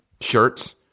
shirts